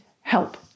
help